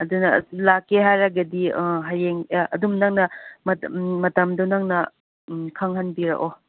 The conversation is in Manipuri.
ꯑꯗꯨꯅ ꯂꯥꯛꯀꯦ ꯍꯥꯏꯔꯒꯗꯤ ꯍꯌꯦꯡ ꯑꯗꯨꯝ ꯅꯪꯅ ꯃꯇꯝꯗꯨ ꯅꯪꯅ ꯈꯪꯍꯟꯕꯤꯔꯛꯑꯣ